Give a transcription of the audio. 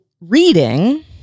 reading